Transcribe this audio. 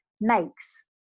makes